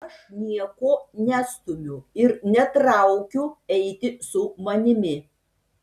aš nieko nestumiu ir netraukiu eiti su manimi